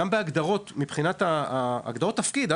גם בהגדרות - מבחינת הגדרות התפקיד,